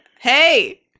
hey